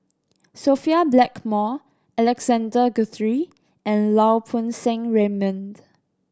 Sophia Blackmore Alexander Guthrie and Lau Poo Seng Raymond